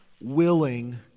willing